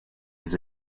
his